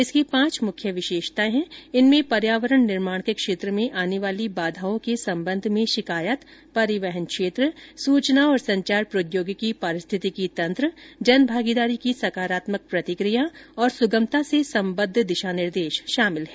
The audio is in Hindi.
इसकी पांच मुख्य विशेषता है इनमें पर्यावरण निर्माण के क्षेत्र में आने वाली बाधाओं के संबंध में शिकायत परिवहन क्षेत्र सूचना और संचार प्रौद्योगिकी परिस्थितिकी तंत्र जन भागीदारी की सकारात्मक प्रतिकिया और सुगमता से सबद्ध दिशा निर्देश शामिल है